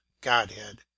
godhead